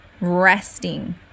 resting